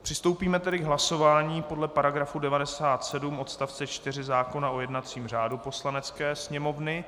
Přistoupíme tedy k hlasování podle § 97 odst. 4 zákona o jednacím řádu Poslanecké sněmovny.